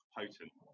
potent